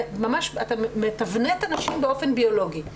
אתה מתבנת אנשים באופן ביולוגי.